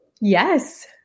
Yes